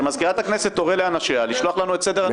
שמזכירת הכנסת תורה לאנשיה לשלוח לנו את סדר הנואמים.